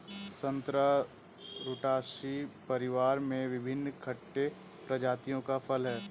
संतरा रुटासी परिवार में विभिन्न खट्टे प्रजातियों का फल है